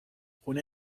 خونه